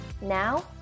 Now